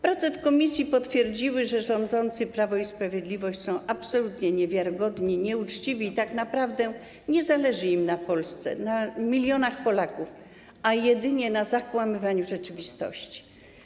Prace w komisji potwierdziły, że rządzący, Prawo i Sprawiedliwość, są absolutnie niewiarygodni, nieuczciwi i tak naprawdę nie zależy im na Polsce, na milionach Polaków, a jedynie na zakłamywaniu rzeczywistości.